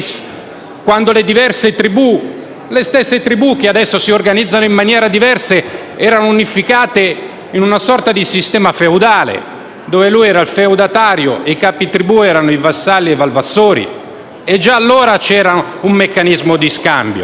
quando le diverse tribù - le stesse tribù che adesso si organizzano in maniera diversa - erano unificate in una sorta di sistema feudale, dove egli era il feudatario e i capi tribù erano i vassalli e i valvassori: già allora c'era un meccanismo di scambio.